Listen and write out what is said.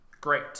great